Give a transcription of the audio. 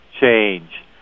change